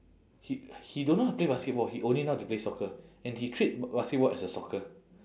he he don't know how to play basketball he only know how to play soccer and he treat b~ basketball as a soccer